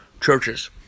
churches